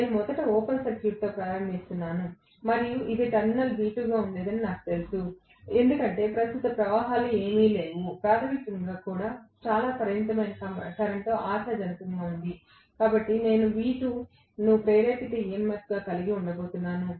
నేను మొదట ఓపెన్ సర్క్యూట్తో ప్రారంభిస్తున్నాను మరియు ఇది టెర్మినల్ V2 గా ఉండేదని నాకు తెలుసు ఎందుకంటే ప్రస్తుత ప్రవాహాలు ఏవీ లేవు ప్రాధమికంలో కూడా చాలా పరిమితమైన కరెంట్ ఆశాజనకంగా ఉంది కాబట్టి నేను V2 ను ప్రేరేపిత EMF గా కలిగి ఉండబోతున్నాను